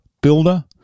Builder